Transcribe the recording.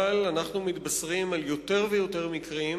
אבל אנחנו מתבשרים על יותר ויותר מקרים,